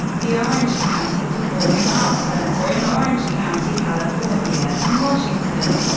the orange county performing arts center in orange county, california, and washington,